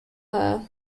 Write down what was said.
her